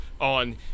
on